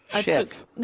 chef